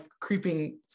creeping